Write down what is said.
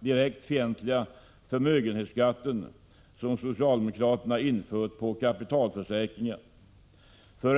direkt fientliga förmögenhetsskatten som socialdemokraterna infört på kapitalförsäkringar.